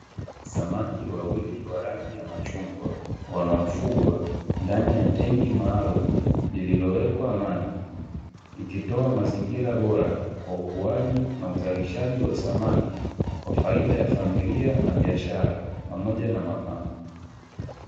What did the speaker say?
Samaki wawili wa rangi ya machungwa, wanaofugwa ndani ya tengi maalumu, lililowekwa maji, likitoa mazingira bora kwa ukuaji na uzalishaji wa samaki, kwa faida ya familia na biashara, pamoja na mapambo.